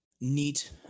neat